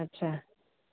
अच्छा